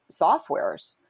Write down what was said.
softwares